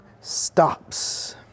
stops